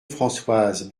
françoise